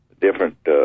different